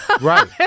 Right